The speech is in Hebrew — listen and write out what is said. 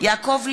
יעקב ליצמן,